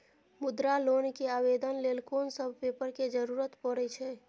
मुद्रा लोन के आवेदन लेल कोन सब पेपर के जरूरत परै छै?